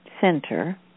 center